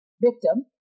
victim